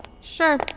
Sure